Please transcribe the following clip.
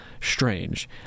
strange